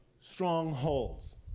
strongholds